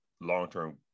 long-term